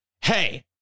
Hey